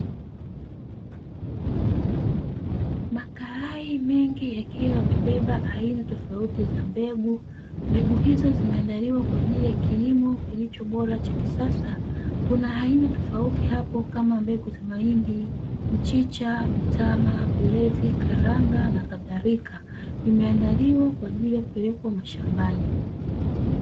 Makalai mengi yakiwa yamebeba aina tofauti za mbegu. Mbegu hizo zimeandaliwa kwa njia ya kilimo bora cha kisasa. Kuna aina tofauti hapo kama mbegu za mahindi, mchicha, mtama, ulezi, karanga na kadhalika. Zimeandaliwa kwa ajili ya kupelekwa mashambani.